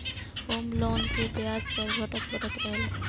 home loan के ब्याज दर घटत बढ़त रहेला